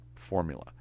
formula